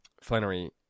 Flannery